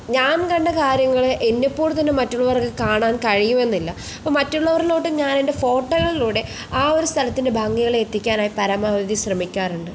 ഞാൻ കണ്ട കാര്യങ്ങളെ എന്നെപ്പോലെതന്നെ മറ്റുള്ളവർക്കു കാണാൻ കഴിയുമെന്നില്ല അപ്പം മറ്റുള്ളവരിലോട്ടു ഞാനെൻ്റെ ഫോട്ടോകളിലൂടെ ആ ഒരു സ്ഥലത്തിൻ്റെ ഭംഗികളെത്തിക്കാനായി പരമാവധി ശ്രമിക്കാറുണ്ട്